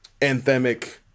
anthemic